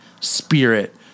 spirit